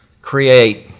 create